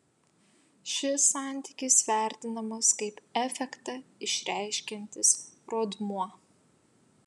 šis santykis vertinamas kaip efektą išreiškiantis rodmuo